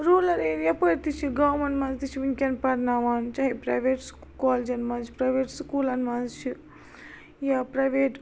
rural area یَپٲر تہِ چھِ گامن منٛز تہِ چھِ وٕنکٮ۪ن پرناوان چاہے پریویٹ سُکو کالِجن منٛز چھِ پریویٹ سکوٗلن منٛز چھُ یا پریویٹ